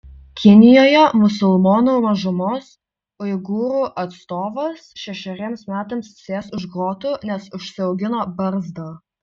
kinijoje musulmonų mažumos uigūrų atstovas šešeriems metams sės už grotų nes užsiaugino barzdą